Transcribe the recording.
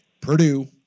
Purdue